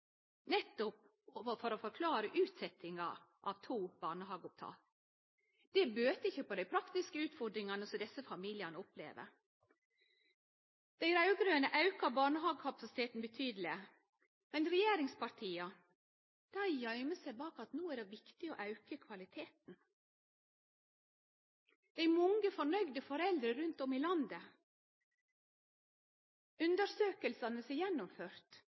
nettopp for å forklare utsetjinga av to barnehageopptak. Det bøter ikkje på dei praktiske utfordringane som desse familiane opplever. Dei raud-grøne auka barnehagekapasiteten betydeleg, men regjeringspartia gøymer seg bak at det no er viktig å auke kvaliteten. Det er mange fornøgde foreldre rundt om i landet. Undersøkingane som er